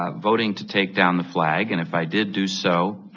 ah voting to take down the flag, and if i did do so,